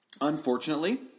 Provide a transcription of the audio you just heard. Unfortunately